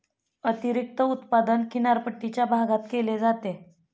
अतिरिक्त उत्पादन किनारपट्टीच्या भागात केले जाते